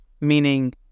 Meaning